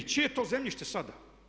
Čije je to zemljište sada?